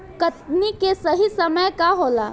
कटनी के सही समय का होला?